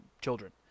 children